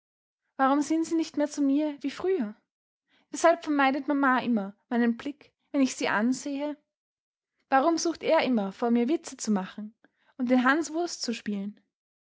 warum sind sie nicht mehr zu mir wie früher weshalb vermeidet mama immer meinen blick wenn ich sie ansehe warum sucht er immer vor mir witze zu machen und den hanswurst zu spielen